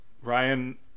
Ryan